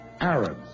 Arabs